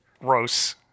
gross